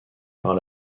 par